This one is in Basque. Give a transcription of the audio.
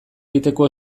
egiteko